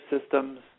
systems